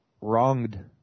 wronged